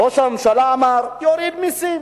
ראש הממשלה אמר שהוא יוריד מסים.